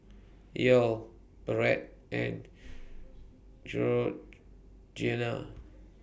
Yael Brett and Georganna